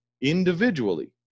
individually